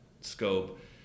scope